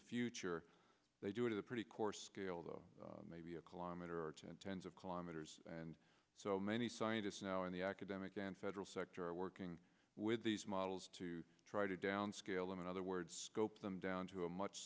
the future they do it at a pretty coarse scale though maybe a kilometer or tens of kilometers and so many scientists now in the academic and federal sector are working with these models to try to downscale them in other words scope them down to a much